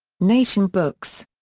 nation books.